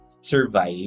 survive